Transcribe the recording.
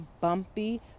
bumpy